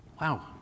Wow